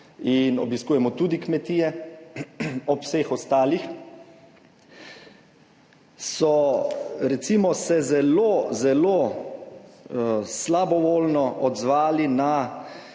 in obiskujemo tudi kmetije, ob vseh ostalih so recimo se zelo, zelo slabovoljno odzvali na